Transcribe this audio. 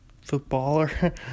Footballer